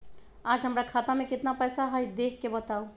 आज हमरा खाता में केतना पैसा हई देख के बताउ?